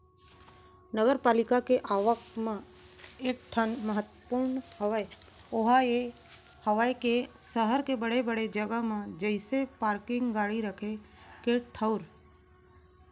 नगरपालिका के आवक म एक ठन महत्वपूर्न हवय ओहा ये हवय के सहर के बड़े बड़े जगा म जइसे पारकिंग गाड़ी रखे के ठऊर